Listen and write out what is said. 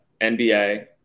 NBA